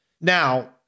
Now